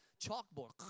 chalkboard